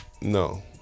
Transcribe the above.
no